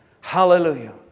Hallelujah